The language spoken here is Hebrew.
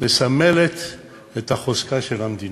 מסמלת את החוזק של המדינה.